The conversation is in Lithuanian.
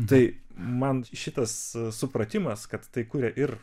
tai man šitas supratimas kad tai kuria ir